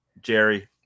Jerry